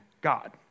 God